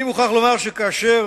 אני מוכרח לומר שכאשר